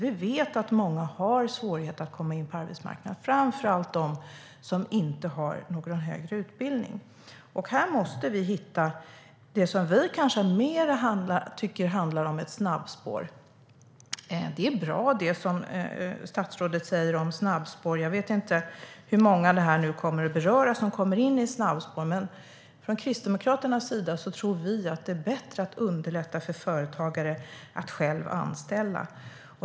Vi vet att många har svårigheter att komma in på arbetsmarknaden, framför allt de som inte har någon högre utbildning. Här måste vi hitta det som vi kanske mer tycker handlar om ett snabbspår. Det som statsrådet säger om snabbspår är bra. Jag vet inte hur många som nu kommer in i snabbspår. Men från Kristdemokraternas sida tror vi att det är bättre att underlätta för företagare att själva anställa.